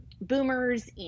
boomers